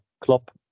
Klopp